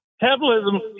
Capitalism